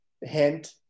hint